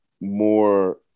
more